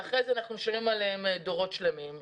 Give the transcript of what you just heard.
ואחרי זה אנחנו --- עליהן דורות שלמים.